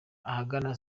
ahagana